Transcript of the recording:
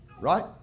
Right